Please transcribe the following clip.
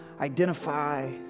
identify